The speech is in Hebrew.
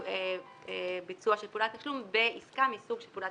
הם נותנים הבטחת תשלום לבית עסק.